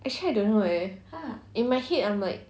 actually I don't know eh in my head I'm like